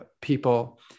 people